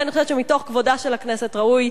אני חושבת שמתוך כבודה של הכנסת ראוי